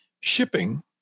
shipping